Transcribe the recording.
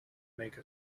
make